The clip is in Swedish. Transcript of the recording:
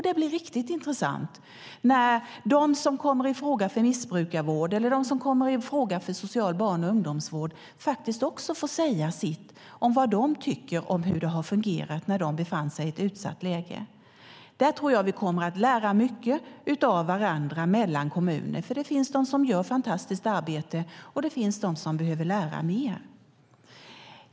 Det blir riktigt intressant när de som kommer i fråga för missbrukarvård eller de som kommer i fråga för social barn och ungdomsvård får säga sitt om vad de tycker om hur det fungerade när de befann sig i ett utsatt läge. Där tror jag att man kommer att lära mycket av varandra kommuner emellan. Det finns de som gör ett fantastiskt arbete, och det finns de som behöver lära mer.